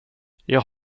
jag